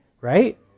Right